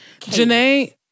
Janae